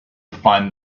find